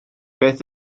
beth